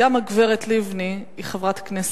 וגם הגברת לבני היא חברת כנסת.